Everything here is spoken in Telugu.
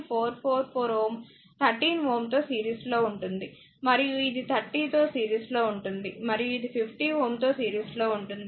444 Ω 13Ω తో సీరీస్ లో ఉంటుంది మరియు ఇది 30Ω తో సీరీస్ లో ఉంటుంది మరియు ఇది 50Ω తో సీరీస్ లో ఉంటుంది